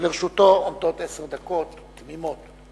ולרשותו עומדות עשר דקות תמימות.